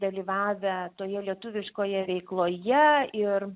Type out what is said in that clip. dalyvavę toje lietuviškoje veikloje ir